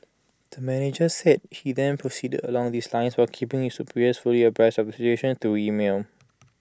the manager said he then proceeded along these lines while keeping his superiors fully abreast of the situation through email